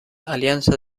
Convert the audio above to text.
alianza